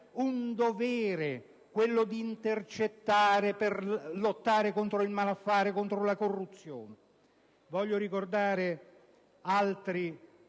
un dovere quello di intercettare per lottare contro il malaffare, contro la corruzione. Voglio ricordare altri